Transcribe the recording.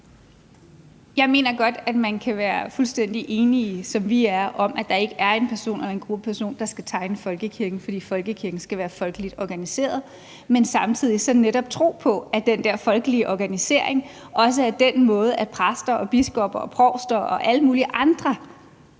Jeg mener godt, at man kan være fuldstændig enige, som vi er, om, at der ikke er en person eller en gruppe personer, der skal tegne folkekirken, for folkekirken skal være folkeligt organiseret, men samtidig netop tro på, at den der folkelige organisering også er den måde, hvorpå præster og biskopper og provster og alle mulige andre